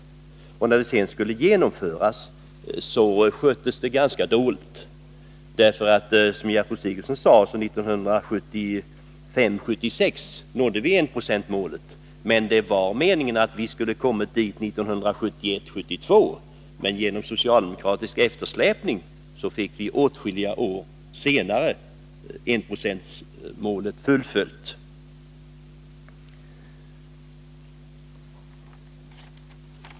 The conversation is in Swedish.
När förslaget sedan skulle genomföras, sköttes det ganska dåligt. Såsom Gertrud Sigurdsen sade nådde vi enprocentsmålet 1975 72, men genom socialdemokratisk eftersläpning fick vi först åtskilliga år senare enprocentsmålet fullföljt.